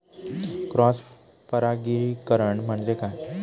Cross परागीकरण म्हणजे काय?